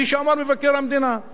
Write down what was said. כפי שאמר מבקר המדינה,